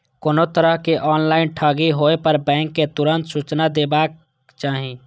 कोनो तरहक ऑनलाइन ठगी होय पर बैंक कें तुरंत सूचना देबाक चाही